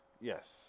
Yes